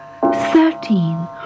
Thirteen